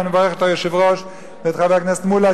ואני מברך את היושב-ראש ואת חבר הכנסת מולה,